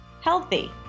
healthy